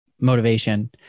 motivation